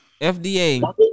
FDA